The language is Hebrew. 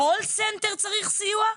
קול סנטר צריך סיוע?